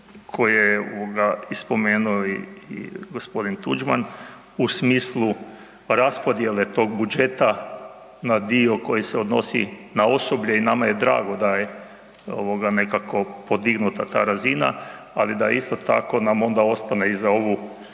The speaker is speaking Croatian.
koje, i spomenuo je i g. Tuđman, u smislu raspodjele tog budžeta na dio koji se na osoblje i nama je drago da je nekako podignuta ta razina, ali da isto tako nam onda ostane i za ovu